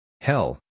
Hell